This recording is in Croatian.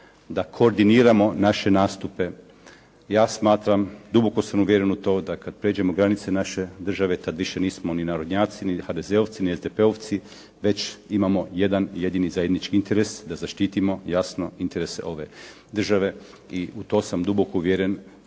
da koordiniramo naše nastupe. Ja smatram, duboko sam uvjeren u to, da kad prijeđemo granice naše države tad više nismo ni narodnjaci, ni HDZ-ovci, ni SDP-ovci, već imamo jedan jedini zajednički interes da zaštitimo jasno interese ove države i u to sam duboko uvjeren